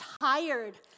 tired